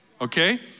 Okay